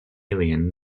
alien